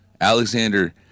Alexander